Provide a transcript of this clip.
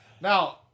Now